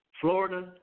Florida